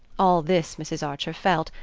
all this mrs. archer felt,